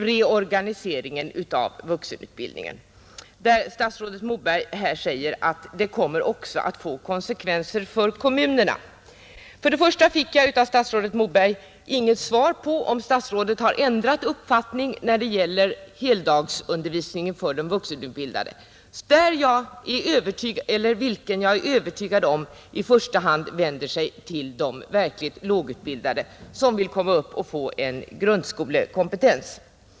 Reorganiseringen av vuxenutbildningen, säger statsrådet Moberg, kommer också att få konsekvenser för kommunerna, Jag fick inget svar av statsrådet Moberg på frågan om statsrådet har ändrat uppfattning när det gäller heldagsundervisningen för de vuxenstuderande, vilken jag är övertygad om i första hand vänder sig till de verkligt lågutbildade som vill få en grundskolekompetens.